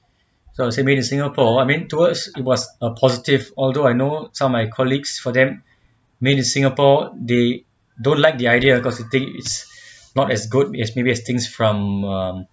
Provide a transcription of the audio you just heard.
so I would say made in singapore I mean to us it was a positive although I know some of my colleagues for them made in singapore they don't like the idea because they think is not as good as maybe as things from um